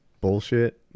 bullshit